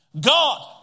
God